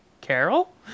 Carol